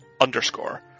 underscore